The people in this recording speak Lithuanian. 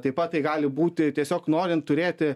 taip pat tai gali būti tiesiog norint turėti